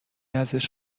ازش